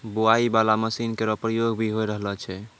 बोआई बाला मसीन केरो प्रयोग भी होय रहलो छै